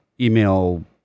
email